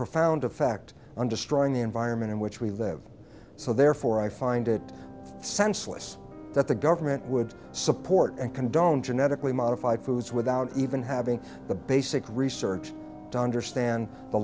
profound effect on destroying the environment in which we live so therefore i find it senseless that the government would support and condone genetically modified foods without even having the basic research to understand the